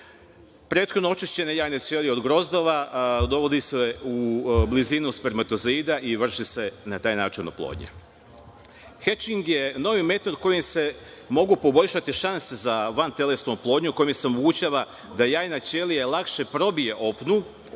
Prethodno očišćene jajne ćelije od grozdova dovode se u blizinu spermatozida i vrši se na taj način oplodnja. Hečing je novi metod kojim se mogu poboljšati šanse za vantelesnu oplodnju kojim se omogućava da jajna ćelija lakše probije opnu